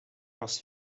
was